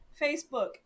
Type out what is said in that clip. Facebook